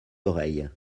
oreille